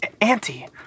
Auntie